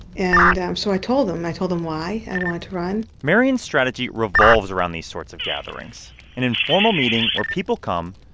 and um so i told them. i told them why i wanted to run marian's strategy revolves around these sorts of gatherings an informal meeting where people come,